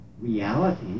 reality